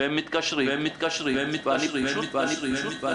הם מתקשרים ומתקשרים שוב ושוב.